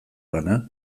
lana